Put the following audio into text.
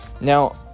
now